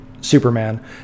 Superman